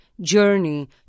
journey